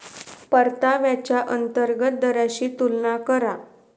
परताव्याच्या अंतर्गत दराशी तुलना करा